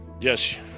Yes